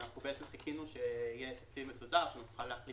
אנחנו חיכינו שיהיה תקציב מסודר שנוכל להחליט